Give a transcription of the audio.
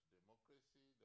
democracy